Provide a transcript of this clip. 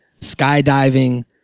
skydiving